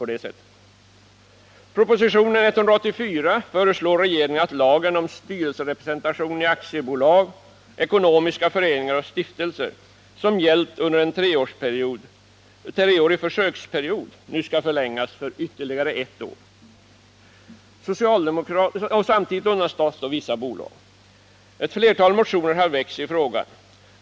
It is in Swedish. I propositionen 184 föreslår regeringen att lagen om styrelserepresentation i aktiebolag, ekonomiska föreningar och stiftelser, som gällt under en treårig försöksperiod, nu skall gälla för ytterligare ett år. Samtidigt undantas vissa bolag. Ett flertal motioner har väckts i frågan.